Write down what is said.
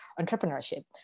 entrepreneurship